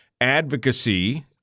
advocacy